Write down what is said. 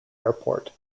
airport